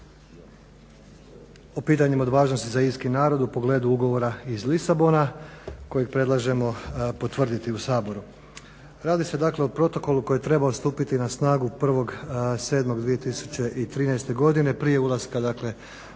o pitanjima od važnosti za irski narod u pogledu ugovora iz Lisabona kojeg predlažemo potvrditi u Saboru. Radi se dakle o Protokolu koji je trebao stupiti na snagu 1.7.2013. godine, prije ulaska dakle